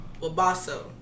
Wabasso